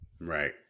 Right